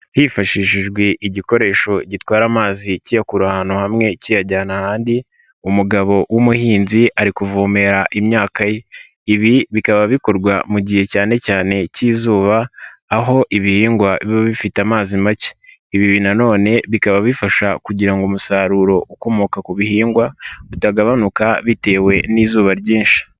Hifashishijwe igikoresho gitwara amazi kiyakura ahantu hamwe kiyajyana ahandi umugabo w'umuhinzi ari kuvomera imyaka ye, ibi bikaba bikorwa mu gihe cyane cyane cy'izuba aho ibihingwa biba bifite amazi make, ibi nanone bikaba bifasha kugira ngo umusaruro ukomoka ku bihingwa utagabanuka bitewe n'izuba ryinshi.